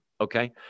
Okay